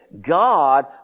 God